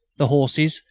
the horses,